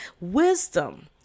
Wisdom